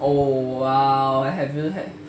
oh !wow! I haven't had